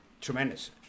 tremendous